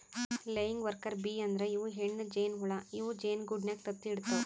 laying worker bee ಅಂದ್ರ ಇವ್ ಹೆಣ್ಣ್ ಜೇನಹುಳ ಇವ್ ಜೇನಿಗೂಡಿನಾಗ್ ತತ್ತಿ ಇಡತವ್